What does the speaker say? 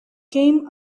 came